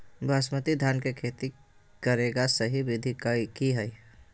बासमती धान के खेती करेगा सही विधि की हय?